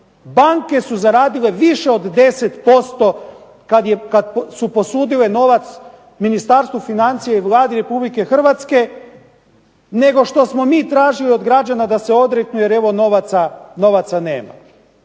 Banke su zaradile više od 10% kada su posudile novac Ministarstvu financija i Vladi Republike Hrvatske nego što smo mi tražili od građana da se odreknu jer evo novaca nema.